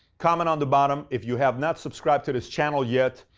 comment on the bottom. if you have not subscribed to this channel yet,